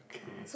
okay